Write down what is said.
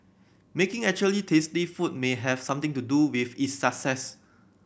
making actually tasty food may have something to do with its success